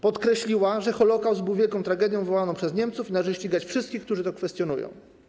Podkreśliła, że Holokaust był wielką tragedią wywołaną przez Niemców i należy ścigać wszystkich, którzy to kwestionują.